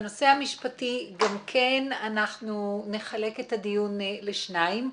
אנחנו נחלק את הדיון לשני חלקים.